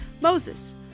MOSES